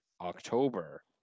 October